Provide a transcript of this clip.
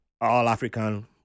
all-african